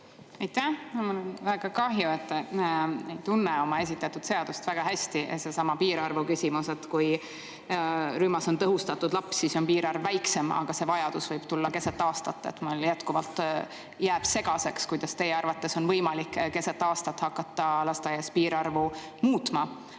Aitäh! Mul on väga kahju, et te ei tunne oma esitatud seaduseelnõu väga hästi. Seesama piirarvu küsimus, et kui rühmas on tõhustatud abi vajav laps, siis on piirarv väiksem. Aga see vajadus võib tulla keset aastat. Mulle jääb endiselt segaseks, kuidas teie arvates on võimalik keset aastat hakata lasteaias piirarvu muutma.